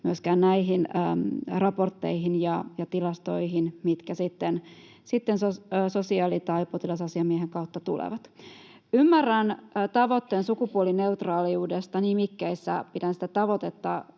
myöskään näihin raportteihin ja tilastoihin, mitkä sitten sosiaali- tai potilasasiamiehen kautta tulevat. Ymmärrän tavoitteen sukupuolineutraaliudesta nimikkeissä, pidän sitä tavoitetta